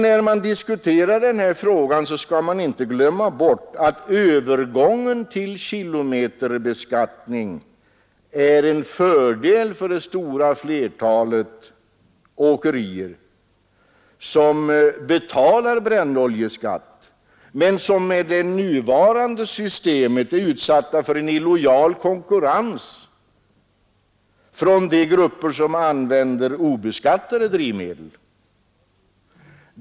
När man diskuterar den här frågan skall man emellertid inte glömma bort att övergången till kilometerbeskattning är en fördel för det stora flertalet åkerier som betalar brännoljeskatt men som med det nuvarande systemet är utsatta för illojal konkurrens från de grupper som använder obeskattade drivmedel.